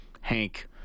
Hank